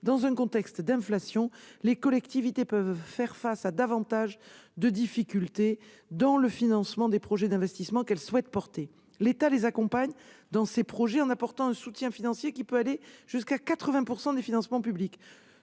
dans un contexte d'inflation, les collectivités peuvent faire face à davantage de difficultés dans le financement des projets d'investissement qu'elles souhaitent porter. L'État les accompagne dans ces projets, en apportant un soutien financier qui peut aller jusqu'à 80 % des financements publics.